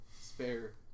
Spare